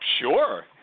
sure